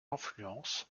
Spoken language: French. influence